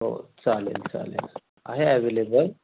हो चालेल चालेल आहे ॲवेलेबल